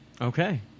Okay